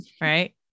right